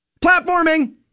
Platforming